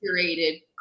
curated